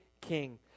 King